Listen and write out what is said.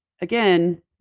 again